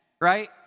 right